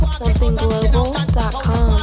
somethingglobal.com